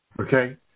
Okay